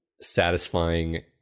satisfying